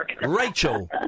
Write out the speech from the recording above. Rachel